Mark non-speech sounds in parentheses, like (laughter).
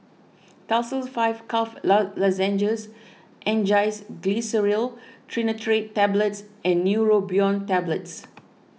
Tussils five Cough (unintelligible) Lozenges Angised Glyceryl Trinitrate Tablets and Neurobion Tablets